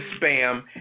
spam